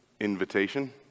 invitation